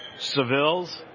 Sevilles